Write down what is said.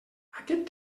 aquest